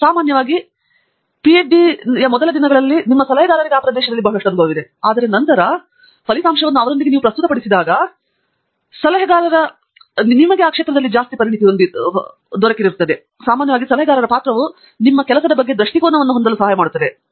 ಆದರೆ ಸಾಮಾನ್ಯವಾಗಿ ಮತ್ತು ಪಿಎಚ್ಡಿ ಮುಂಚಿನ ದಿನಗಳಲ್ಲಿ ನಿಮ್ಮ ಸಲಹೆಗಾರರಿಗೆ ಆ ಪ್ರದೇಶದಲ್ಲಿ ಬಹಳಷ್ಟು ಅನುಭವವಿದೆ ಆದ್ದರಿಂದ ನೀವು ಫಲಿತಾಂಶಗಳನ್ನು ಅವನಿಗೆ ಅಥವಾ ಅವಳೊಂದಿಗೆ ಪ್ರಸ್ತುತಪಡಿಸಿದಾಗ ಮತ್ತು ನಿಮ್ಮ ಸಲಹೆಗಾರರೊಂದಿಗೆ ಫಲಿತಾಂಶಗಳನ್ನು ಚರ್ಚಿಸಿ ಸಾಮಾನ್ಯವಾಗಿ ಸಲಹೆಗಾರನ ಪಾತ್ರವು ನಿಮ್ಮ ಕೆಲಸದ ಬಗ್ಗೆ ದೃಷ್ಟಿಕೋನವನ್ನು ಹೊಂದಿರಲು ಸಹಾಯ ಮಾಡುತ್ತದೆ